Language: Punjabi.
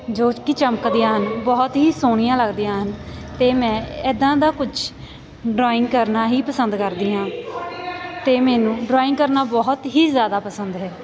ਜੋ ਕਿ ਚਮਕਦੀਆਂ ਹਨ ਬਹੁਤ ਹੀ ਸੋਹਣੀਆਂ ਲੱਗਦੀਆਂ ਹਨ ਅਤੇ ਮੈਂ ਇੱਦਾਂ ਦਾ ਕੁਛ ਡਰਾਇੰਗ ਕਰਨਾ ਹੀ ਪਸੰਦ ਕਰਦੀ ਹਾਂ ਅਤੇ ਮੈਨੂੰ ਡਰਾਇੰਗ ਕਰਨਾ ਬਹੁਤ ਹੀ ਜ਼ਿਆਦਾ ਪਸੰਦ ਹੈ